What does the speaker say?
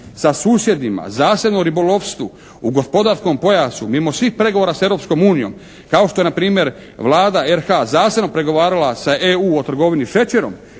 sa susjedima, zasebno o ribolovstvu u gospodarskom pojasu mimo svih pregovora sa Europskom unijom kao što je npr. Vlada RH-a zaseban pregovarala sa EU o trgovini šećerom